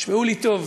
תשמעו לי טוב,